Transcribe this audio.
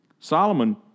Solomon